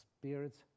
spirits